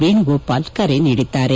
ವೇಣುಗೋಪಾಲ್ ಕರೆ ನೀಡಿದ್ದಾರೆ